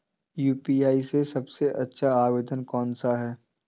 UPI में सबसे अच्छा आवेदन कौन सा होता है?